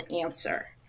answer